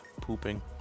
pooping